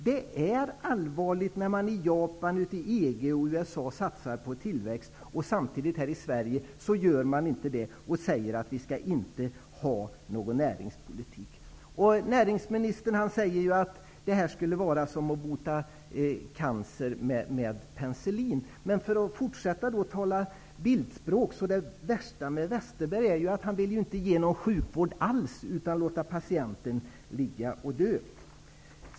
Det är allvarligt när man i Japan, EG och USA satsar på tillväxt och man samtidigt här i Sverige inte gör det, utan säger att vi inte skall ha någon näringspolitik. Näringsministern säger att detta skulle vara som att bota cancer med penicillin. Men, för att fortsätta att tala bildspråk, det värsta med Westerberg är att han inte vill ge någon sjukvård alls, utan låter patienten ligga och dö.